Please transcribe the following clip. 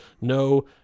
no